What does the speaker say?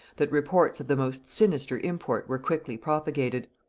that reports of the most sinister import were quickly propagated.